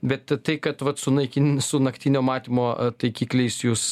bet tai kad va su naikin su naktinio matymo taikikliais jūs